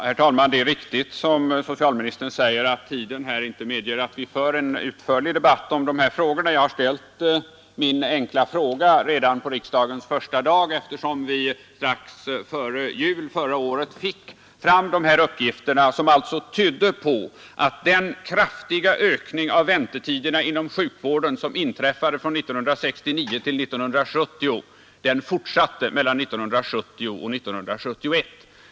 Herr talman! Det är riktigt som socialministern säger, att tiden här inte medger att vi har en utförlig debatt om dessa frågor. Jag har ställt min enkla fråga redan på riksdagens första dag, eftersom vi strax före jul förra året fick fram dessa uppgifter, som alltså tydde på att den kraftiga ökning av väntetiderna inom sjukvården, som inträffade från 1969—1970, fortsatte 1970—1971.